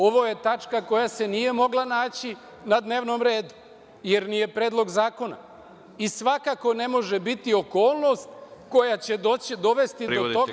Ovo je tačka koja se nije mogla naći na dnevnom redu, jer nije predlog zakona i svakako ne može biti okolnost koja će dovesti do toga…